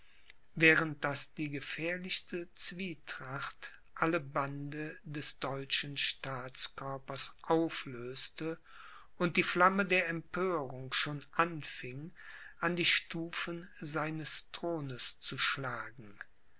während daß die gefährlichste zwietracht alle bande des deutschen staatskörpers auflöste und die flamme der empörung schon anfing an die stufen seines thrones zu schlagen